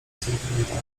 sentymentalny